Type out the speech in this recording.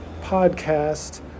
podcast